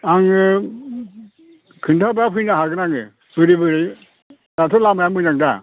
आङो खिनथाबा फैनो हागोन आङो जुदि बै दाथ' लामाया मोजांदा